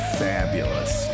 fabulous